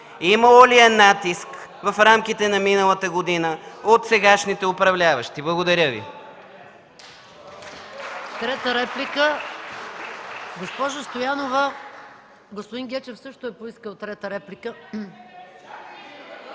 имало ли е натиск в рамките на миналата година от сегашните управляващи? Благодаря Ви.